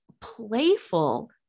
playful